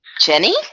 Jenny